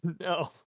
No